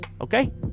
Okay